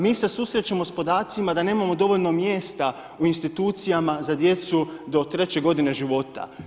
Mi se susrećemo s podacima da nemamo dovoljno mjesta u institucijama za djecu do 3 g. života.